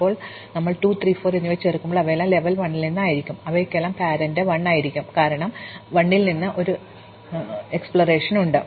ഇപ്പോൾ ഞങ്ങൾ 2 3 4 എന്നിവ ചേർക്കുമ്പോൾ അവയെല്ലാം ലെവൽ 1 ൽ ആയിരിക്കും അവയ്ക്കെല്ലാം രക്ഷാകർതൃ 1 ആയിരിക്കും കാരണം ഞങ്ങൾക്ക് 1 ൽ നിന്ന് ഒരു പര്യവേക്ഷണം ഉണ്ട്